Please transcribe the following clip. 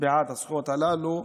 בעד הזכויות הללו,